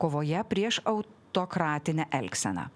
kovoje prieš autokratinę elgseną